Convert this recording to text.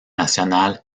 national